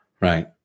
Right